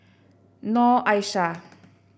Noor Aishah